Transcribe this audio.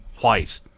white